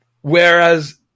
whereas